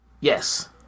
Yes